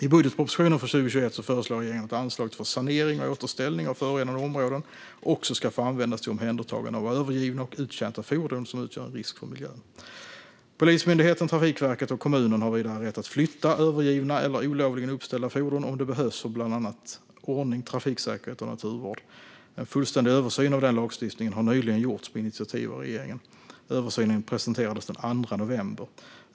I budgetpropositionen för 2021 föreslår regeringen att anslaget för sanering och återställning av förorenade områden också ska få användas till omhändertagande av övergivna och uttjänta fordon som utgör en risk för miljön. Polismyndigheten, Trafikverket och kommunen har vidare rätt att flytta övergivna eller olovligen uppställda fordon om det behövs för bland annat ordning, trafiksäkerhet och naturvård. En fullständig översyn av den lagstiftningen har nyligen gjorts på initiativ av regeringen. Översynen presenterades den 2 november.